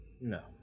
No